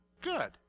Good